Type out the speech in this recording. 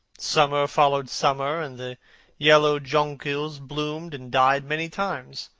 summer followed summer, and the yellow jonquils bloomed and died many times,